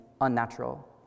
unnatural